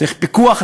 צריך פיקוח,